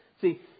See